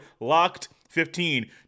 locked15